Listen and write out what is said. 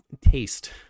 taste